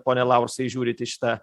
pone laursai žiūrit į šitą